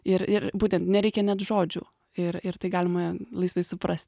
ir ir būtent nereikia net žodžių ir ir tai galima laisvai suprast